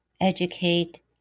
educate